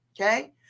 okay